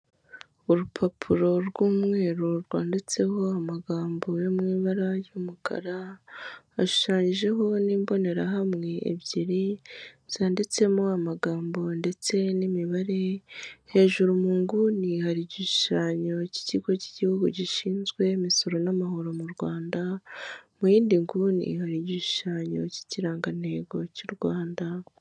Urupapuro rw'umweru rwanditseho amagambo yo mu ibara ry'umukara, ashushanyijeho n'imbonerahamwe ebyiri, zanditsemo amagambo ndetse n'imibare, hejuru mu nguni hari igishushanyo cy'ikigo cy'igihugu gishinzwe imisoro n'amahoro mu Rwanda, mu yindi nguni hari igishushanyo cy'ikirangantego cy'u Rwanda.